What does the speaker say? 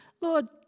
Lord